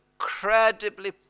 incredibly